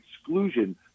exclusion